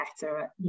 better